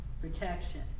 protection